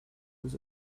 his